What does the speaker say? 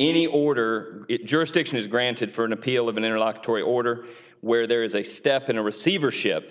any order it jurisdiction is granted for an appeal of an interlock tory order where there is a step in a receivership